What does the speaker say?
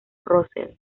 russell